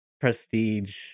Prestige